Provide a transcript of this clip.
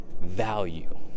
value